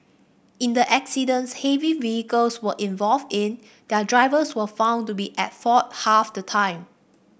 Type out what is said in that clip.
in the accidents heavy vehicles were involved in their drivers were found to be at fault half the time